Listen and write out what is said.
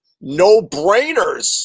no-brainers